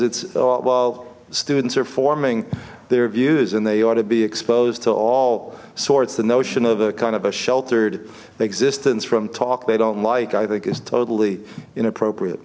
well students are forming their views and they ought to be exposed to all sorts the notion of a kind of a sheltered existence from talk they don't like i think is totally inappropriate